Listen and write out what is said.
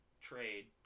trade